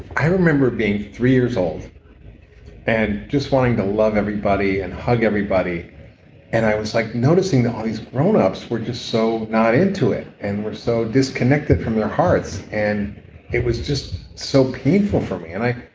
i remember being three years old and just wanting to love everybody and hug everybody and i was like noticing that all these grownups were just so not into it and were so disconnected from their hearts and it was just so painful for me. i